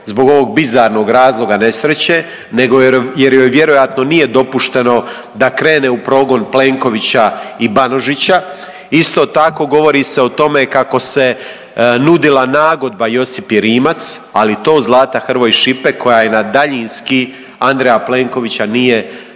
zbog ovog bizarnog razloga nesreće jer joj vjerojatno nije dopušteno da krene u progon Plenkovića i Banožića. Isto tako govori se o tome kako se nudila nagodba Josipi Rimac, ali to Zlata Hrvoj Šipek koja je na daljinski Andreja Plenkovića nije